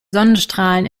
sonnenstrahlen